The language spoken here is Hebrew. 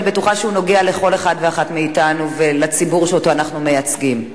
ואני בטוחה שהוא נוגע לכל אחד ואחת מאתנו ולציבור שאנחנו מייצגים.